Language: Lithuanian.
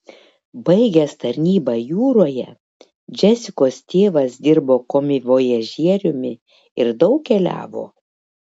baigęs tarnybą jūroje džesikos tėvas dirbo komivojažieriumi ir daug keliavo